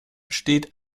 steht